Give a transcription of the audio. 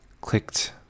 clicked